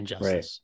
right